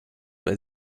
bei